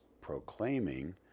proclaiming